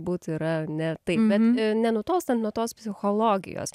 būt yra ne taip bet i nenutolstant nuo tos psichologijos